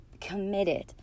committed